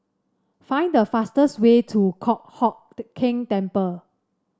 find the fastest way to Kong Hock The Keng Temple